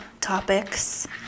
topics